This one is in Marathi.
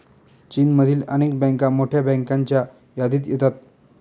चीनमधील अनेक बँका मोठ्या बँकांच्या यादीत येतात